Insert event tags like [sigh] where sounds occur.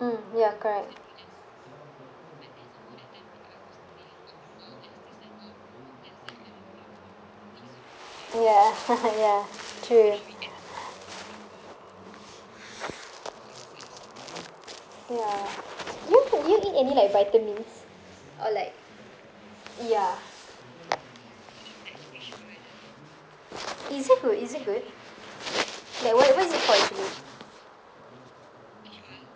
mm ya correct ya [laughs] ya true ya you do you any like vitamins or like ya is it good is it good that what what is it called actually